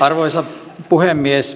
arvoisa puhemies